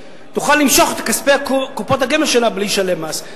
היא תוכל למשוך את כספי קופות הגמל שלה בלי לשלם מס.